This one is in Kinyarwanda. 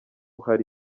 hari